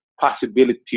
possibility